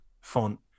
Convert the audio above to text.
font